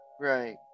Right